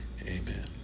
Amen